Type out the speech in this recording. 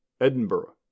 Edinburgh